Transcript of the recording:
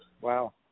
Wow